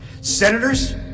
Senators